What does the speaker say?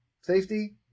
safety